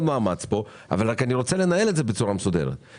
מאמץ כאן אבל אני רוצה לנהל את זה בצורה מסודרת.